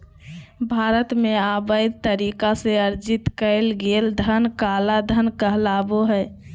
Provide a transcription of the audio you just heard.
भारत में, अवैध तरीका से अर्जित कइल गेलय धन काला धन कहलाबो हइ